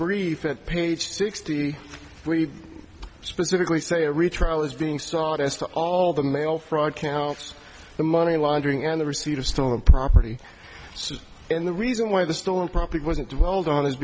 brief at page sixty we specifically say a retrial is being sought as to all the mail fraud counts the money laundering and the receipt of stolen property so in the reason why the stolen property wasn't dwelled on is